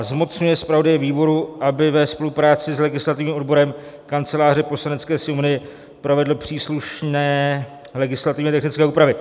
zmocňuje zpravodaje výboru, aby ve spolupráci s legislativním odborem Kanceláře Poslanecké sněmovny provedl příslušné legislativně technické úpravy.